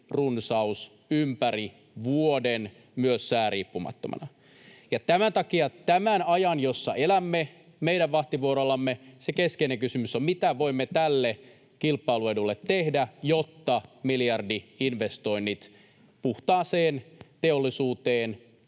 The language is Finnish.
runsaus ympäri vuoden myös sääriippumattomana. Tämän takia tämän ajan, jossa elämme, meidän vahtivuoromme keskeinen kysymys on, mitä voimme tälle kilpailuedulle tehdä, jotta miljardi-investoinnit puhtaaseen teollisuuteen